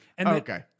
Okay